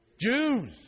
Jews